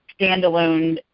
standalone